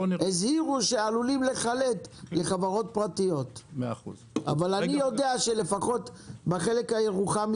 הזהירו שעלולים לחלט לחברות פרטיות אבל אני יודע שבחלק הירוחמי